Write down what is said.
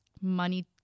money